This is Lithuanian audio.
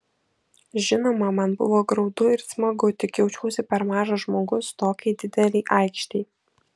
žinoma man buvo graudu ir smagu tik jaučiausi per mažas žmogus tokiai didelei aikštei